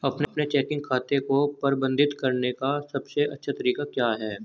अपने चेकिंग खाते को प्रबंधित करने का सबसे अच्छा तरीका क्या है?